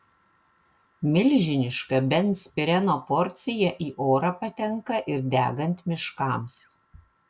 milžiniška benzpireno porcija į orą patenka ir degant miškams